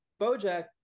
BoJack